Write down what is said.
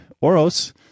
oros